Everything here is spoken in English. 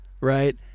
right